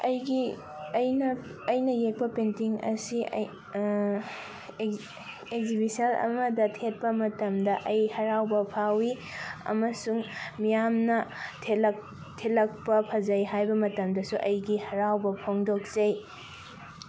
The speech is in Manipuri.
ꯑꯩꯒꯤ ꯑꯩꯅ ꯑꯩꯅ ꯌꯦꯛꯄ ꯄꯦꯟꯇꯤꯡ ꯑꯁꯤ ꯑꯦꯛꯖꯤꯕꯤꯁꯟ ꯑꯃꯗ ꯊꯦꯠꯄ ꯃꯇꯝꯗ ꯑꯩ ꯍꯔꯥꯎꯕ ꯐꯥꯎꯋꯤ ꯑꯃꯁꯨꯡ ꯃꯤꯌꯥꯝꯅ ꯊꯦꯠꯂꯛꯄ ꯐꯖꯩ ꯍꯥꯏꯕ ꯃꯇꯝꯗꯁꯨ ꯑꯩꯒꯤ ꯍꯔꯥꯎꯕ ꯐꯣꯡꯗꯣꯛꯆꯩ